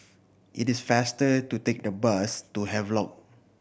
it is faster to take the bus to Havelock